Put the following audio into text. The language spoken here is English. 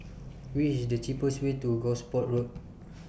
What IS The cheapest Way to Gosport Road